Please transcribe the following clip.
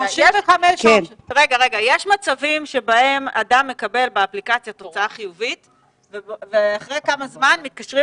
יש מצבים שבהם אדם מקבל באפליקציה תוצאה חיובית ואחרי כמה זמן מתקשרים